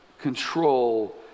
control